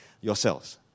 yourselves